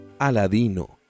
Aladino